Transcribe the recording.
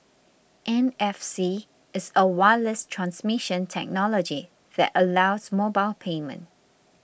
N F C is a wireless transmission technology that allows mobile payment